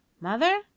Mother